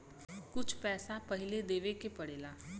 कुछ पैसा पहिले देवे के पड़ेला